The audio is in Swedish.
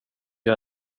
jag